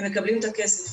הם מקבלים את הכסף.